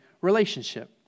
relationship